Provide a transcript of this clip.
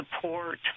support